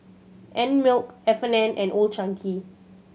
Einmilk F and N and Old Chang Kee